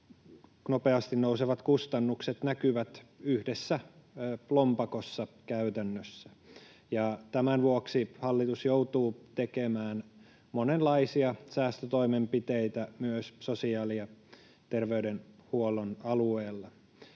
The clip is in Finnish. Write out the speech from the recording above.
nopeasti nousevat kustannukset näkyvät yhdessä lompakossa käytännössä. Tämän vuoksi hallitus joutuu tekemään monenlaisia säästötoimenpiteitä myös sosiaali- ja terveydenhuollon alueella.